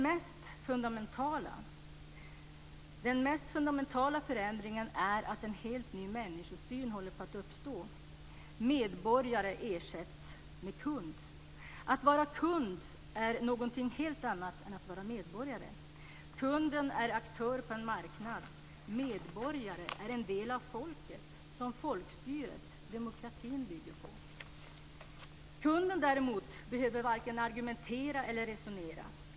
Men den mest fundamentala förändringen är att en helt ny människosyn håller på att uppstå - medborgare ersätts med kund. Att vara kund är någonting helt annat än att vara medborgare. Kunden är aktör på en marknad, medborgare är en del av folket som folkstyret, demokratin, bygger på. Kunden behöver varken argumentera eller resonera.